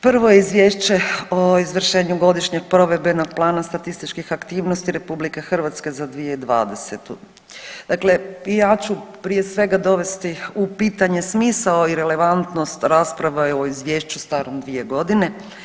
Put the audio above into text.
Prvo je Izvješće o izvršenju Godišnjeg provedbenog plana statističkih aktivnosti RH 2020.g. dakle, ja ću prije svega dovesti u pitanje smisao i relevantnost rasprave o izvješću starom dvije godine.